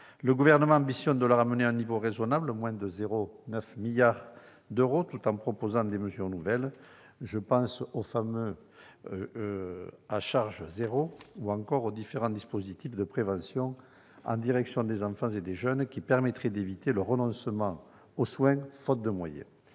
Le Gouvernement ambitionne de ramener le déficit à un niveau raisonnable de 0,9 milliard d'euros, tout en proposant des mesures nouvelles. Je pense au fameux « reste à charge zéro » ou encore aux différents dispositifs de prévention en direction des enfants et des jeunes, qui permettraient d'éviter le renoncement aux soins faute de moyens.